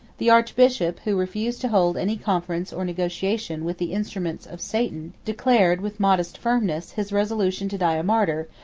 the archbishop, who refused to hold any conference, or negotiation, with the instruments of satan, declared, with modest firmness, his resolution to die a martyr,